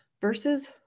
versus